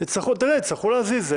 יצטרכו להזיז,